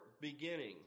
beginning